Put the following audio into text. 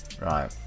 right